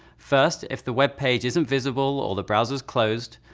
first, if the web page isn't visible or the browser is closed,